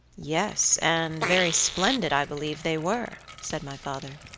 yes and very splendid, i believe, they were, said my father.